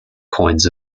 coins